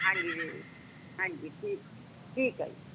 ਹਾਂਜੀ ਹਾਂਜੀ ਠੀਕ ਠੀਕ ਹੈ ਜੀ ਧੰਨਵਾਦ